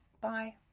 Bye